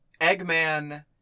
Eggman